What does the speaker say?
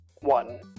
one